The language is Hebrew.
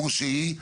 כמו שהיא,